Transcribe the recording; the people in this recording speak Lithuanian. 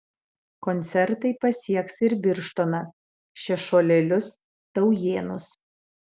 koncertai pasieks ir birštoną šešuolėlius taujėnus